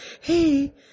hey